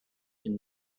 and